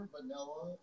Vanilla